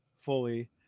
fully